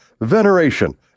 veneration